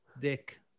Dick